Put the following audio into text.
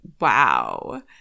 wow